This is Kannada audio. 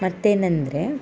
ಮತ್ತೇನೆಂದರೆ